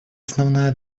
основная